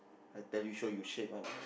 I tell you sure you shake one ah